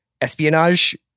espionage